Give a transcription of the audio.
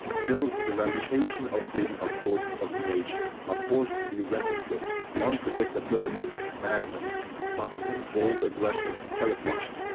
build the reputation of being a force of nature, a force to be reckoned with. unpredictability, madness, sudden and bold aggression is terrifiying.